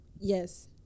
yes